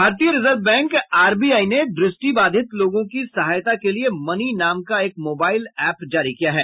भारतीय reserve bank RBI ने दृष्टिबाधित लोगों की सहायता के लिए मनी नाम का एक मोबाईल एप जारी किया है